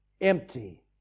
empty